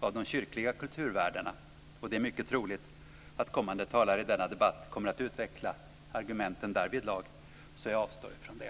av de kyrkliga kulturvärdena. Det är mycket troligt att kommande talare i denna debatt kommer att utveckla argumenten därvidlag, så jag avstår från det.